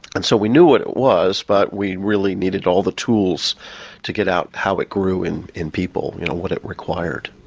and so we knew what it was, but we really needed all the tools to get at how it grew in in people you know, what it required.